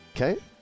Okay